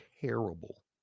terrible